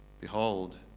Behold